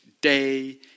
day